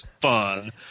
fun